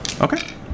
Okay